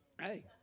Hey